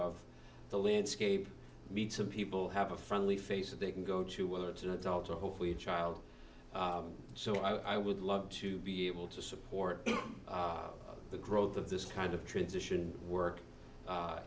of the landscape need some people have a friendly face that they can go to whether it's an adult or hopefully a child so i would love to be able to support the growth of this kind of transition work